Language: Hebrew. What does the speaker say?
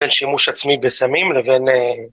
‫בין שימוש עצמי בסמים לבין...